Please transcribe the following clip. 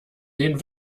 den